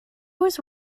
was